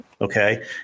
Okay